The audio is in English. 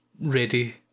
ready